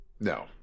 No